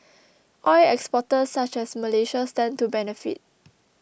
oil exporters such as Malaysia stand to benefit